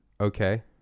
Okay